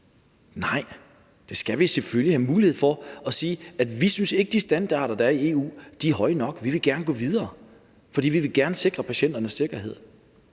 Vi skal selvfølgelig have mulighed for at sige, at vi ikke synes, at de standarder, der er i EU, er høje nok, og at vi gerne vil gå videre, for vi vil gerne sikre patienternes sikkerhed.